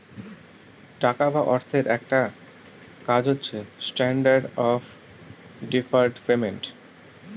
টাকা বা অর্থের একটা কাজ হচ্ছে স্ট্যান্ডার্ড অফ ডেফার্ড পেমেন্ট